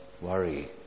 worry